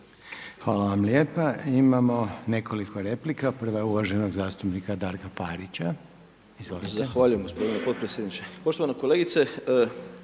Hvala vam lijepa. Imao nekoliko replika. Prava je uvaženog zastupnika Darka Parića. Izvolite. **Parić, Darko (SDP)** Zahvaljujem gospodine potpredsjedniče. Poštovana kolegice